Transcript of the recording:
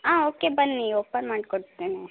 ಹಾಂ ಓಕೆ ಬನ್ನಿ ಓಪನ್ ಮಾಡ್ಕೋಡ್ತೇನೆ